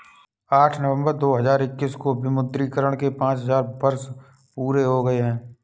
आठ नवंबर दो हजार इक्कीस को विमुद्रीकरण के पांच वर्ष पूरे हो गए हैं